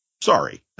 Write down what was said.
Sorry